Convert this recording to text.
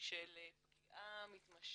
של פגיעה מתמשכת,